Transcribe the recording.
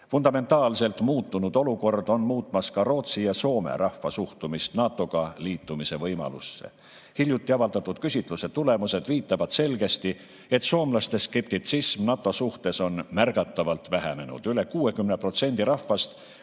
tegijaks. Fundamentaalselt muutunud olukord on muutmas ka Rootsi ja Soome rahva suhtumist NATO‑ga liitumise võimalusse. Hiljuti avaldatud küsitluse tulemused viitavad selgesti, et soomlaste skeptitsism NATO suhtes on märgatavalt vähenenud. Üle 60% rahvast